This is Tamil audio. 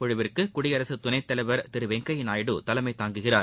குழுவிற்கு குடியரசுத் துணைத் தலைவர் திரு வெங்கைய்யா நாயுடு தலைமை தாங்குகிறார்